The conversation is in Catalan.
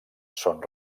són